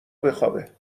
بخوابه